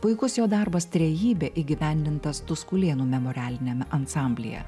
puikus jo darbas trejybė įgyvendintas tuskulėnų memorialiniame ansamblyje